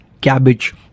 cabbage